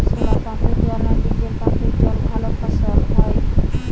শোলার পাম্পের জলে না ডিজেল পাম্পের জলে ভালো ফসল হয়?